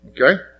Okay